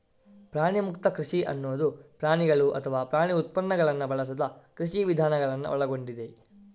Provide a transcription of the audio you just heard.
ಪ್ರಾಣಿಮುಕ್ತ ಕೃಷಿ ಅನ್ನುದು ಪ್ರಾಣಿಗಳು ಅಥವಾ ಪ್ರಾಣಿ ಉತ್ಪನ್ನಗಳನ್ನ ಬಳಸದ ಕೃಷಿ ವಿಧಾನಗಳನ್ನ ಒಳಗೊಂಡಿದೆ